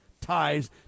ties